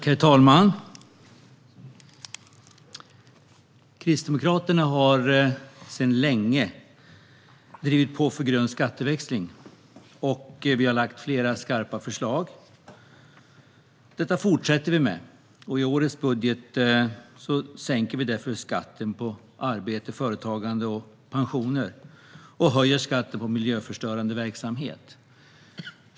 Herr talman! Kristdemokraterna har sedan länge drivit på för grön skatteväxling. Vi har lagt fram flera skarpa förslag. Det fortsätter vi med. I årets budget sänker vi därför skatten på arbete, företagande och pensioner och höjer skatten på miljöförstörande verksamhet.